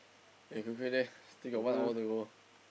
eh quickly leh still got one hour to go